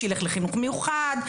שילך לחינוך מיוחד,